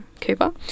Cooper